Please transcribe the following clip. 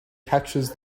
catches